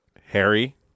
Harry